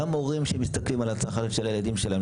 גם הורים שמסתכלים על הצלחת של הילדים שלהם,